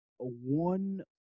one